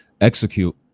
Execute